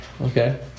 Okay